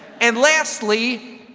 and lastly,